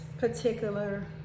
particular